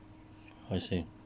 I see